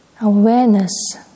awareness